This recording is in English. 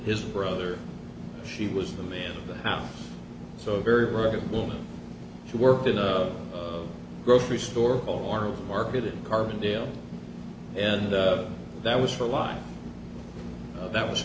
his brother she was the man of the house so a very rich woman who worked in a grocery store or market in carbondale and that was for a line that was